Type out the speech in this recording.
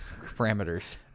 parameters